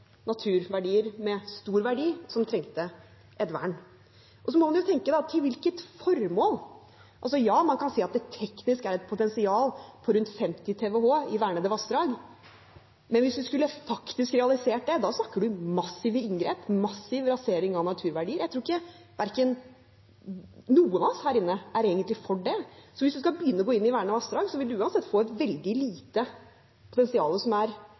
med stor verdi som trengte et vern. Så må man tenke: Til hvilket formål? Ja, man kan si at det teknisk er et potensial på rundt 50 TWh i vernede vassdrag, men hvis man faktisk skulle realisert det, snakker vi om massive inngrep, massiv rasering av naturverdier. Jeg tror ikke noen av oss her inne egentlig er for det. Hvis man skal begynne å gå inn i vernede vassdrag, vil man uansett få et veldig lite potensial som er gjennomførbart. Det må uansett konsesjonsbehandles, og der vil man også stille krav for å ivareta miljøverdier. Spørsmålet er: